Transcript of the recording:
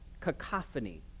cacophony